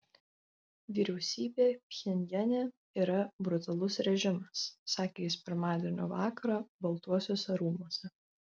vyriausybė pchenjane yra brutalus režimas sakė jis pirmadienio vakarą baltuosiuose rūmuose